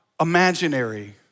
imaginary